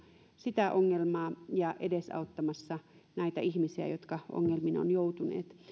sitä ongelmaa ja edesauttamassa näitä ihmisiä jotka ongelmiin ovat joutuneet